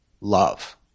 love